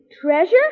Treasure